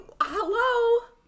hello